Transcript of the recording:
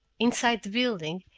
inside the building,